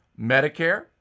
Medicare